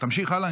תמשיך הלאה.